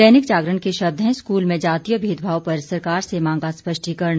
दैनिक जागरण के शब्द हैं स्कूल में जातीय भेदभाव पर सरकार से मांगा स्पष्टीकरण